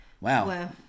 wow